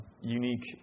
unique